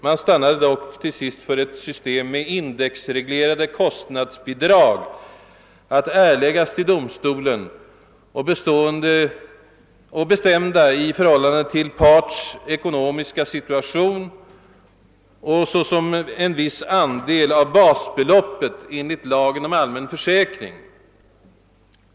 Man stannade dock till sist för ett system med indexreglerade kostnadsbidrag att erläggas till domstolen och bestämda i förhållande till parts ekonomiska situation och såsom en viss andel av basbeloppet enligt lagen orm allmän försäkring.